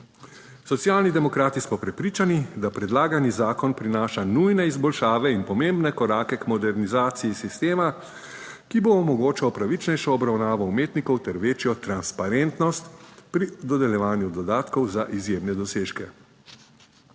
Socialni demokrati smo prepričani, da predlagani zakon prinaša nujne izboljšave in pomembne korake k modernizaciji sistema, ki bo omogočal pravičnejšo obravnavo umetnikov ter večjo transparentnost pri dodeljevanju dodatkov za izjemne dosežke.